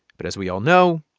but as we all know,